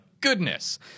goodness